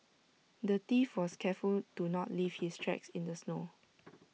the thief was careful to not leave his tracks in the snow